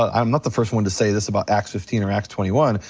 um i'm not the first one to say this about acts fifteen or acts twenty one,